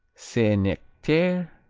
saint-nectaire,